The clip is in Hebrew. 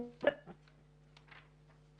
בבקשה.